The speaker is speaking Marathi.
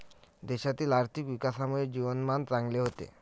देशातील आर्थिक विकासामुळे जीवनमान चांगले होते